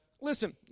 Listen